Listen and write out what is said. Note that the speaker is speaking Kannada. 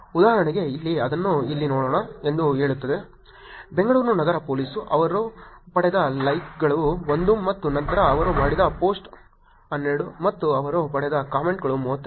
ಉದಾಹರಣೆಗೆ ಇಲ್ಲಿ ಅದನ್ನು ಇಲ್ಲಿ ನೋಡೋಣ ಎಂದು ಹೇಳುತ್ತದೆ ಬೆಂಗಳೂರು ನಗರ ಪೊಲೀಸ್ ಅವರು ಪಡೆದ ಲೈಕ್ಗಳು 1 ಮತ್ತು ನಂತರ ಅವರು ಮಾಡಿದ ಪೋಸ್ಟ್ 12 ಮತ್ತು ಅವರು ಪಡೆದ ಕಾಮೆಂಟ್ಗಳು 32